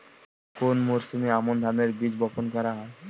কোন মরশুমে আমন ধানের বীজ বপন করা হয়?